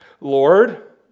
Lord